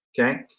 okay